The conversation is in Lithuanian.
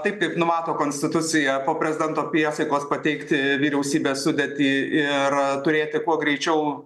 taip kaip numato konstitucija po prezidento priesaikos pateikti vyriausybės sudėtį ir turėti kuo greičiau